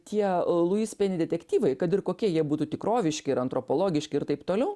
tie luis peni detektyvai kad ir kokie jie būtų tikroviški ir antropologiški ir taip toliau